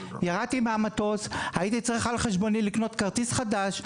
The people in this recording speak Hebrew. ירדתי מהמטוס הייתי צריך על חשבוני לקנות כרטיס חדש,